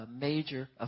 major